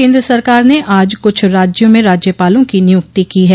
केन्द्र सरकार ने आज कुछ राज्यों में राज्यपालों की नियुक्ति की हैं